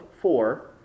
four